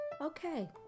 Okay